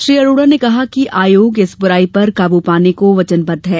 श्री अरोडा ने कहा कि आयोग इस बुराई पर काबू पाने को वचनबद्व है